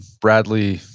bradley,